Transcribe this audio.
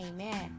Amen